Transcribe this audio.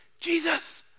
Jesus